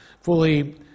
fully